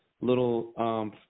little